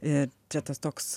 ir čia tas toks